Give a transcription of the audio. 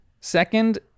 Second